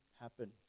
happen